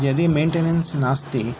यदि मेय्ण्टेनेन्स् नास्ति